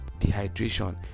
dehydration